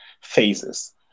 phases